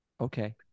okay